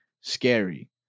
scary